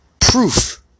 proof